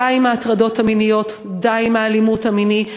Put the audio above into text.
די עם ההטרדות המיניות, די עם האלימות המינית.